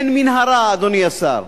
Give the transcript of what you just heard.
אין מנהרה, אדוני השר.